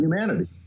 humanity